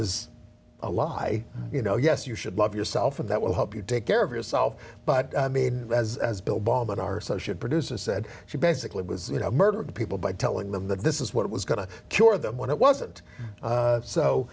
is a lie you know yes you should love yourself and that will help you take care of yourself but i mean as as bill baldwin our associate producer said she basically was murdered people by telling them that this is what was going to cure them when it wasn't